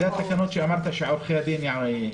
אלה התקנות שאמרת שעורכי הדין ינסחו.